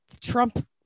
Trump